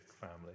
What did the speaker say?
family